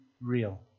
real